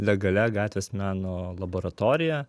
legalia gatvės meno laboratorija